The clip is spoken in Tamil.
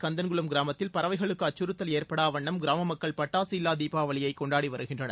கந்தன்குளம் கிராமத்தில் பறவைகளுக்கு அச்சுறுத்தல் ஏற்படா வண்ணம் கிராம மக்கள் பட்டாசு இல்லா தீபாவளியை கொண்டாடி வருகின்றனர்